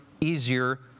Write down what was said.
easier